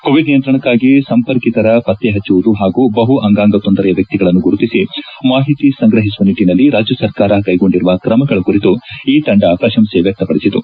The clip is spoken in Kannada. ಕೋವಿಡ್ ನಿಯಂತ್ರಣಕ್ಕಾಗಿ ಸಂಪರ್ಕಿತರ ಪತ್ತೆ ಹಚ್ಚುವುದು ಹಾಗೂ ಬಹು ಅಂಗಾಂಗ ತೊಂದರೆಯ ವ್ಯಕ್ತಿಗಳನ್ನು ಗುರುತಿಸಿ ಮಾಹಿತಿ ಸಂಗ್ರಹಿಸುವ ನಿಟ್ಟಿನಲ್ಲಿ ರಾಜ್ಯ ಸರ್ಕಾರ ಕೈಗೊಂಡಿರುವ ಕ್ರಮಗಳ ಕುರಿತು ಈ ತಂಡ ಪ್ರಶಂಸೆ ವ್ಯಕ್ತಪಡಿಸಿತು